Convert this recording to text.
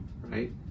Right